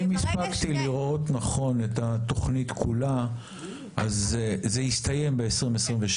אם הספקתי לראות נכון את התוכנית כולה אז זה יסתיים ב-2027,